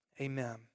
Amen